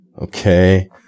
okay